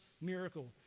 miracle